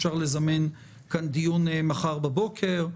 אפשר לזמן גם דיון למחר בבוקר.